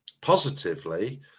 Positively